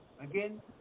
Again